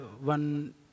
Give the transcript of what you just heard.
one